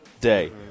day